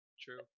true